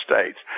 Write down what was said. States